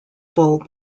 full